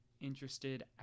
interested